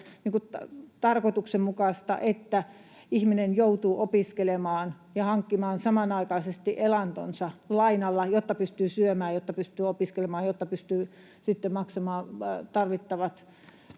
tarkoituksenmukaista, että ihminen joutuu opiskelemaan ja hankkimaan samanaikaisesti elantonsa lainalla, jotta pystyy syömään, jotta pystyy opiskelemaan, jotta